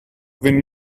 been